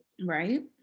Right